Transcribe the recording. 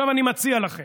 אני מציע לכם,